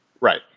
right